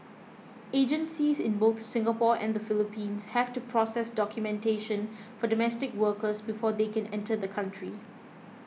agencies in both Singapore and Philippines have to process documentation for domestic workers before they can enter the country